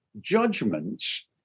judgments